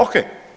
Ok.